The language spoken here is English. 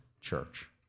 church